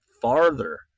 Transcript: farther